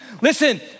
Listen